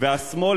השמאל,